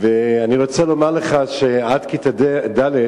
אני רוצה לומר לך שעד כיתה ד'